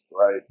right